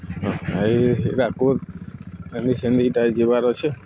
ହଁ ହେ ହୀରାକୁଦ ଏନ୍ତି ସେନ୍ତି ଇଟା ଯିବାର୍ଅଛେ